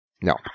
No